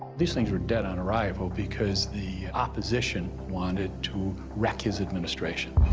these things were dead on arrival because the opposition wanted to wreck his administration.